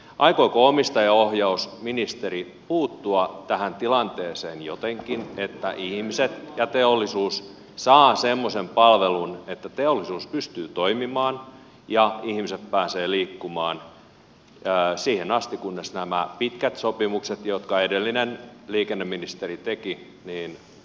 aikooko omistajaohjausministeri puuttua tähän tilanteeseen jotenkin että ihmiset ja teollisuus saavat semmoisen palvelun että teollisuus pystyy toimimaan ja ihmiset pääsevät liikkumaan siihen asti kunnes nämä pitkät sopimukset jotka edellinen liikenneministeri teki raukeavat